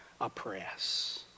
oppress